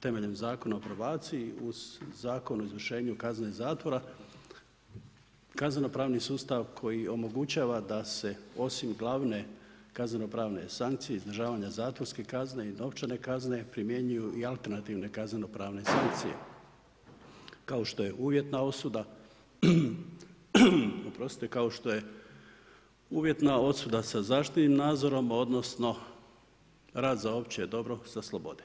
temeljem Zakona o probaciji uz Zakon o izvršenju kazne zatvora kazneno-pravni sustav koji omogućava da se osim glavne kazneno-pravne sankcije izdržavanja zatvorske kazne i novčane kazne primjenjuju i alternativne kaznenopravne sankcije kao što je uvjetna osuda, kao što je uvjetna osuda sa zaštitnim nadzorom odnosno rad za opće dobro sa slobode.